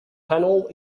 tunnel